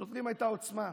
לשוטרים הייתה עוצמה,